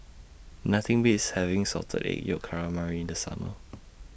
Nothing Beats having Salted Egg Yolk Calamari in The Summer